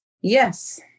Yes